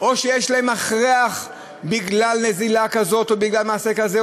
או שיש להם הכרח בגלל נזילה כזאת או מעשה כזה,